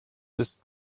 ist